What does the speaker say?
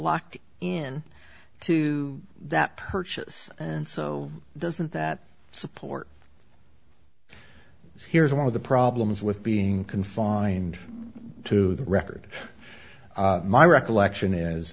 locked in to that purchase and so doesn't that support here's one of the problems with being confined to the record my recollection is